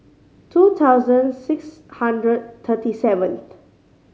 two thousand six hundred thirty seventh